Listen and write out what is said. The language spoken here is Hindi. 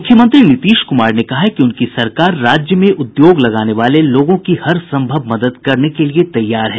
मुख्यमंत्री नीतीश कुमार ने कहा है कि उनकी सरकार राज्य में उद्योग लगाने वाले लोगों की हरसंभव मदद करने के लिये तैयार है